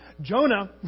Jonah